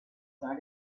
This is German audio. sei